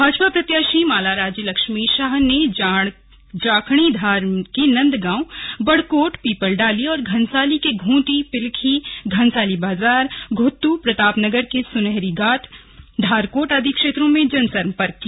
भाजपा प्रत्याशी माला राज्य लक्ष्मी शाह ने जाखणीधार के नंद गांव बड़कोट पीपलडाली और घनसाली के घोंटी पिलखी घनसाली बाजार घुत्तू प्रतापनगर के सुनहरी गाड धारकोट आदि क्षत्रों में जनसंपर्क किया